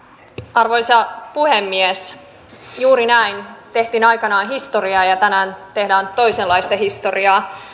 arvoisa puhemies juuri näin tehtiin aikanaan historiaa ja tänään tehdään toisenlaista historiaa